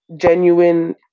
Genuine